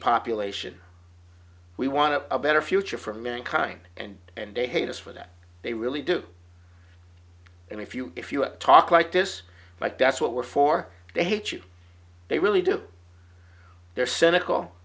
population we want a better future for mankind and and they hate us for that they really do and if you if you talk like this like that's what we're for they hate you they really do they're cynical